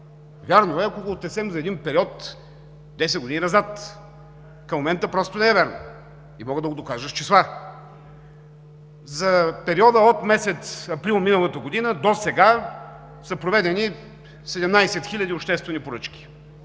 Вярно е, ако го отнесем за един период – 10 години назад. Към момента просто не е вярно и мога да го докажа с числа. За периода от месец април миналата година досега са проведени 17 хиляди обществени поръчки.